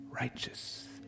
righteous